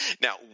Now